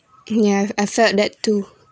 yeah I felt that too